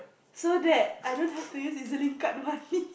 so that I don't have to use E_Z-Link card money